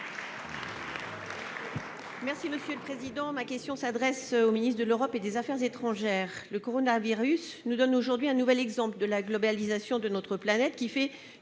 socialiste et républicain. Ma question s'adresse à M. le ministre de l'Europe et des affaires étrangères. Le coronavirus nous donne aujourd'hui un nouvel exemple de la globalisation de notre planète, qui fait